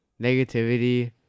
negativity